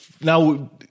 now